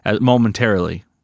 momentarily